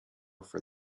for